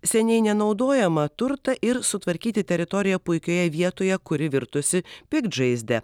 seniai nenaudojamą turtą ir sutvarkyti teritoriją puikioje vietoje kuri virtusi piktžaizde